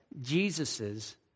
Jesus's